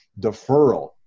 deferral